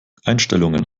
einstellungen